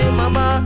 mama